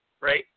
Right